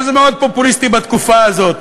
אבל זה מאוד פופוליסטי בתקופה הזאת